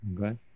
okay